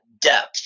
depth